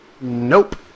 Nope